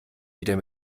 wieder